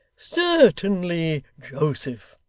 certainly, joseph.